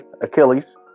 Achilles